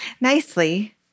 Nicely